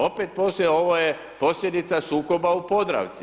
Opet posljedica, ovo je posljedica sukoba u Podravci.